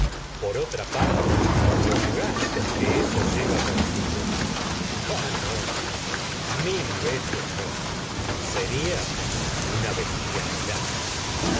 por otra parte los gustos que eso lleva consi go ah no no mil veces no seria una bestialidad